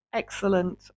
excellent